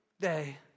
day